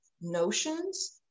notions